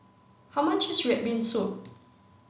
how much is Red Bean Soup